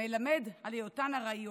מלמד על היותן ארעיות,